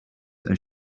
are